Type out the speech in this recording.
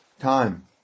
Time